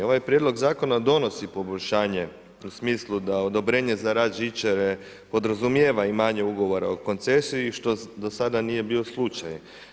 Ovaj prijedlog zakona donosi poboljšanje, u smislu da odobrenje za rad žičare podrazumijeva i manje ugovore o koncesiji što do sada nije bio slučaj.